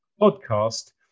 podcast